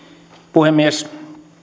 puhemies